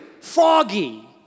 foggy